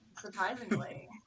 surprisingly